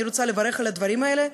ואני רוצה לברך על הדברים האלה,